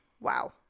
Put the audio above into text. Wow